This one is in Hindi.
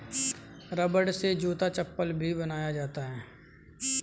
रबड़ से जूता चप्पल भी बनाया जाता है